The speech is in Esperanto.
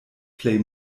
plej